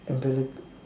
umbilic~